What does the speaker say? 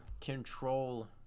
control